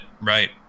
Right